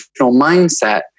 mindset